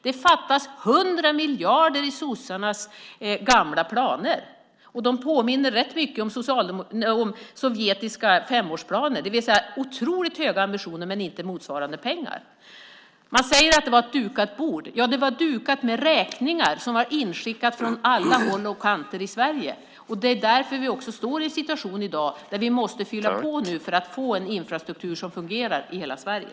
Det fattades 100 miljarder i sossarnas gamla planer, och de påminde rätt mycket om sovjetiska femårsplaner, det vill säga otroligt höga ambitioner men inte motsvarande pengar. Man säger att det var ett dukat bord. Ja, det var dukat med räkningar som var inskickade från alla håll och kanter i Sverige. Det är därför vi också har en situation i dag där vi måste fylla på för att få en infrastruktur som fungerar i hela Sverige.